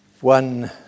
one